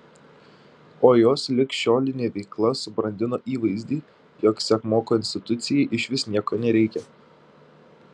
o jos ligšiolinė veikla subrandino įvaizdį jog sekmoko institucijai išvis nieko nereikia